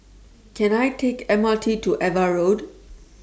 Can I Take The M R T to AVA Road